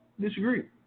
Disagree